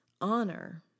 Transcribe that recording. honor